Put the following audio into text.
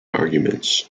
arguments